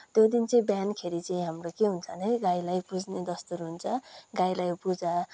त्यो दिन चाहिँ बिहान खेरि चाहिँ हाम्रो के हुन्छ भने गाईलाई पुज्ने दस्तुर हुन्छ गाईलाई पूजा